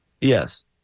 Yes